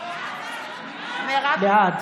בעד